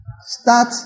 start